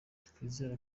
twizera